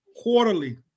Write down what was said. quarterly